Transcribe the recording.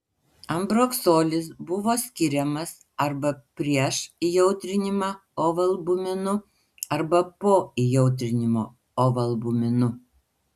ambroksolis buvo skiriamas arba prieš įjautrinimą ovalbuminu arba po įjautrinimo ovalbuminu